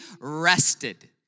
rested